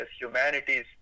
humanities